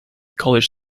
college